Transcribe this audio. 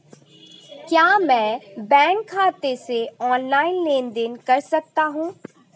क्या मैं बैंक खाते से ऑनलाइन लेनदेन कर सकता हूं?